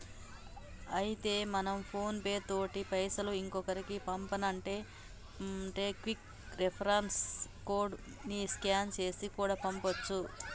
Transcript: అయితే మనం PhonePe తోటి పైసలు ఇంకొకరికి పంపానంటే క్విక్ రెస్పాన్స్ కోడ్ ని స్కాన్ చేసి కూడా పంపొచ్చు